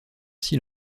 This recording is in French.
six